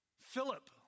Philip